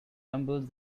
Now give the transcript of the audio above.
tumbles